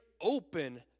open